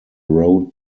road